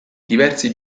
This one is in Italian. diversi